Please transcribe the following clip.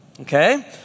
okay